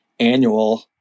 Annual